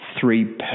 three